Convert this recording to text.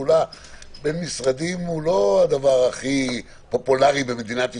פעולה בין משרדים הוא לא הדבר הכי פופולרי במדינת ישראל,